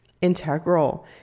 integral